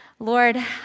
Lord